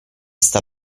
sta